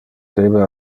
debe